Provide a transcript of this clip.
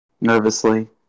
nervously